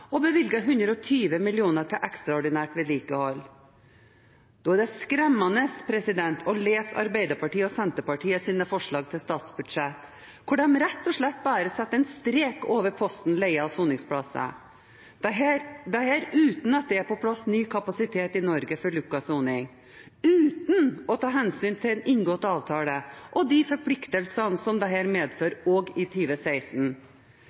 og bevilger 120 mill. kr til ekstraordinært vedlikehold. Det er skremmende å lese Arbeiderpartiets og Senterpartiets forslag til statsbudsjett, hvor de rett og slett bare setter en strek over posten om leie av soningsplasser – dette uten at det er på plass ny kapasitet i Norge for lukket soning, og uten å ta hensyn til inngåtte avtaler og de forpliktelsene som dette medfører også i